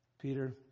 Peter